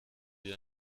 wie